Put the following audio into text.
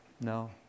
No